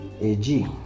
AG